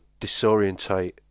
disorientate